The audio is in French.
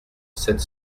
sept